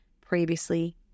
previously